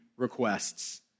requests